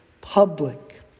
public